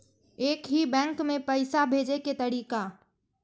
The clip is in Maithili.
एक ही बैंक मे पैसा भेजे के तरीका?